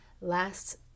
Last